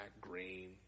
green